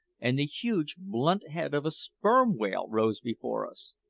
and the huge, blunt head of a sperm-whale rose before us.